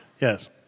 Yes